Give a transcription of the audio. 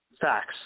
facts